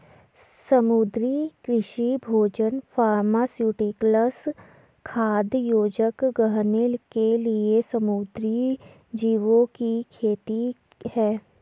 समुद्री कृषि भोजन फार्मास्यूटिकल्स, खाद्य योजक, गहने के लिए समुद्री जीवों की खेती है